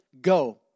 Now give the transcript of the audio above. Go